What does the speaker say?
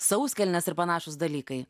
sauskelnės ir panašūs dalykai